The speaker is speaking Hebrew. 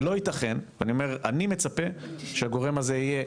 לא ייתכן, אני מצפה שהגורם הזה יהיה